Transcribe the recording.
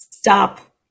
stop